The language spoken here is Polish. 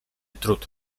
trud